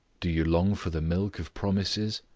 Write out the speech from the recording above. do you long for the milk of promises?